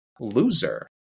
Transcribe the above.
loser